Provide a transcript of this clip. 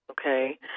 Okay